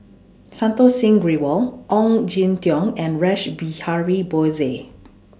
Santokh Singh Grewal Ong Jin Teong and Rash Behari Bose